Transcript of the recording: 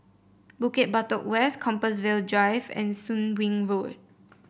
Bukit Batok West Compassvale Drive and Soon Wing Road